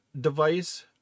device